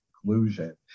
conclusion